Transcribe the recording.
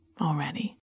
already